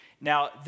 Now